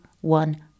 one